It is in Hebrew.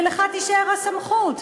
ולך תישאר הסמכות.